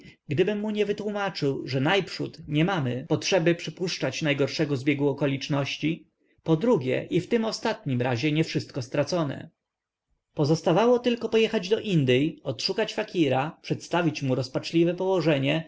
gdybym mu nie wytłumaczył że najprzód nie mamy potrzeby przypuszczać najgorszego zbiegu okoliczności podrugie i w tym ostatnim razie niewszystko stracone pozostawało tylko pojechać do indyj odszukać fakira przedstawić mu rozpaczliwe położenie